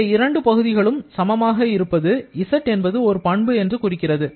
இந்த இரண்டு பகுதிகளும் சமமாக இருப்பது z என்பது ஒரு பண்பு என்று குறிக்கிறது